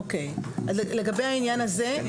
לגבי העניין הזה,